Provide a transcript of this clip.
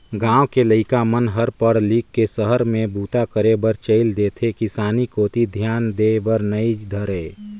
गाँव के लइका मन हर पढ़ लिख के सहर में बूता करे बर चइल देथे किसानी कोती धियान देय बर नइ धरय